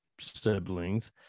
siblings